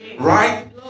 right